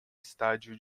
estádio